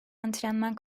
antrenman